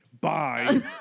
Bye